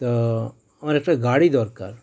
তা আমার একটা গাড়ি দরকার